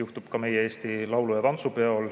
juhtub ka meie Eesti laulu- ja tantsupeol.